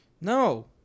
No